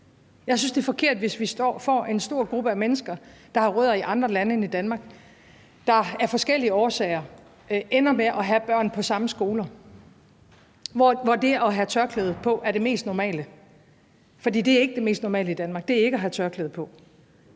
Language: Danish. Jeg synes, det er forkert, hvis vi får en stor gruppe af mennesker, der har rødder i andre lande end i Danmark, der af forskellige årsager ender med at have børn på samme skoler, hvor det at have tørklæde på er det mest normale, for det er ikke det mest normale i Danmark, det er ikke at have tørklæde på;